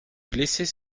blessés